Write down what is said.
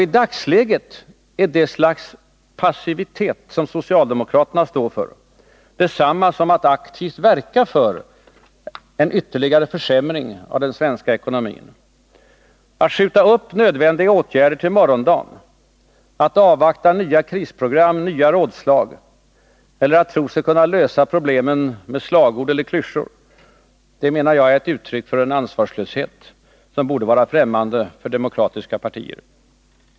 I dagsläget är det slags passivitet som socialdemokraterna står för detsamma som att aktivt verka för en ytterligare försämring av den svenska ekonomin. Att skjuta upp nödvändiga åtgärder till morgondagen, att avvakta nya krisprogram, nya rådslag eller att tro sig kunna lösa problemen med slagord eller klyschor är, enligt min mening, uttryck för en ansvarslöshet som borde vara främmande för demokratiska partier.